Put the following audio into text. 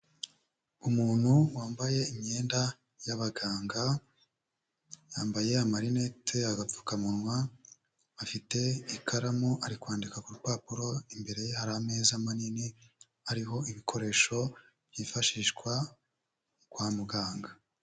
Umuntu wambaye imyenda y'abaganga, yambaye amarineti, agapfukamunwa, afite ikaramu ari kwandika ku rupapuro, imbere ye hari ameza manini ariho ibikoresho byifashishwa kwa muganga.